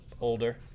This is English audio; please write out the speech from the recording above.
older